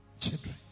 children